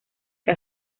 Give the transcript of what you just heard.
que